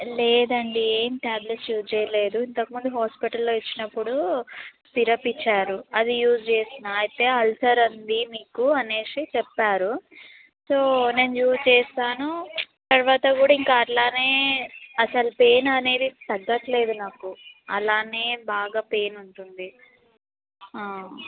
లేదండి ఏం tablets use చేయట్లేదు ఇంతకుముందు హాస్పిటల్లో ఇచ్చినప్పుడు సిరప్ ఇచ్చారు అది యూజ్ చేసినా అయితే అల్సర్ ఉంది మీకు అనేసి చెప్పారు సో నేను యూజ్ చేస్తాను తరువాత కూడా ఇంకా అట్లానే అసలా పెయిన్ అనేది తగ్గట్లేదు నాకు అలానే బాగా పెయిన్ ఉంటుంది